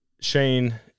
Shane